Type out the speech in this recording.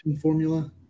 formula